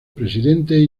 presidente